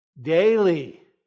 daily